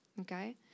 Okay